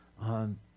on